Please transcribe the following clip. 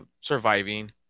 surviving